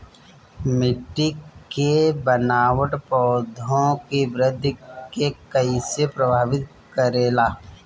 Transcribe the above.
मिट्टी के बनावट पौधों की वृद्धि के कईसे प्रभावित करेला?